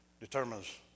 determines